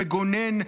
גונן,